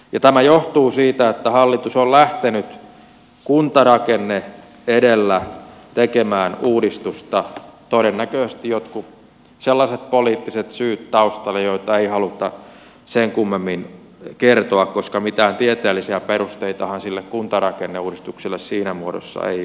ja tämä johtuu siitä että hallitus on lähtenyt tekemään uudistusta kuntarakenne edellä ja todennäköisesti jotkut sellaiset poliittiset syyt taustalla joita ei haluta sen kummemmin kertoa koska mitään tieteellisiä perusteitahan sille kuntarakenneuudistukselle siinä muodossa ei ole olemassa